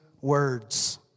words